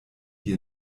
die